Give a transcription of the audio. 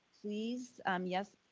please um yes,